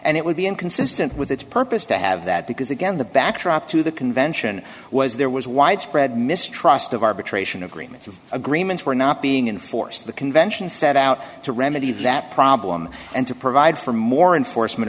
and it would be inconsistent with its purpose to have that because again the backdrop to the convention was there was widespread mistrust of arbitration agreements agreements were not being enforced the conventions set out to remedy that problem and to provide for more and for